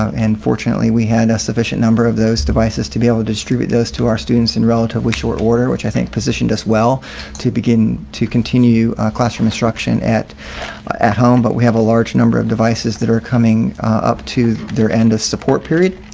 and fortunately, we had a sufficient number of those devices to be able to distribute those to our students in relatively short order, which i think positioned us well to begin to continue classroom instruction at at home, but we have a large number of devices that are coming up to their end of support period,